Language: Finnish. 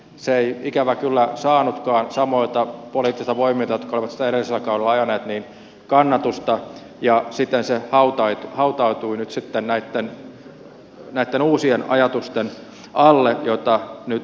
se ei ikävä kyllä saanutkaan kannatusta samoilta poliittisilta voimilta jotka olivat sitä edellisellä kaudella ajaneet ja siten se hautautui nyt sitten näitten uusien ajatusten alle joita nyt on tuotu tänne